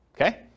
Okay